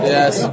Yes